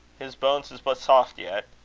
his banes is but saft yet,